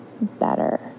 better